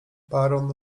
baron